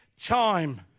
time